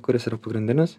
kuris yra pagrindinis